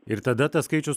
ir tada tas skaičius